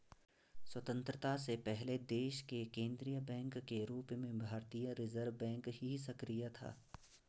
स्वतन्त्रता से पहले देश के केन्द्रीय बैंक के रूप में भारतीय रिज़र्व बैंक ही सक्रिय था